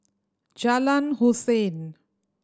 Jalan Hussein